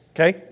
Okay